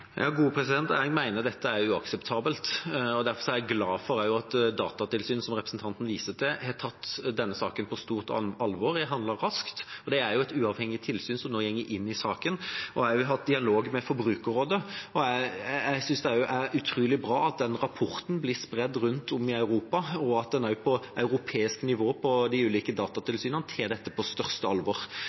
Jeg mener dette er uakseptabelt. Derfor er jeg også glad for at Datatilsynet, som representanten viser til, har tatt denne saken på stort alvor og handlet raskt. Det er jo et uavhengig tilsyn som nå går inn i saken, og som også har hatt dialog med Forbrukerrådet. Jeg synes også det er utrolig bra at rapporten blir spredt rundt om i Europa, og at en også på europeisk nivå i de ulike datatilsynene tar dette på største alvor.